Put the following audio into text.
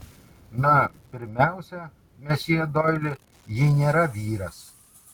na pirmiausia mesjė doili ji nėra vyras